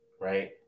right